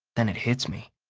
then it hits me,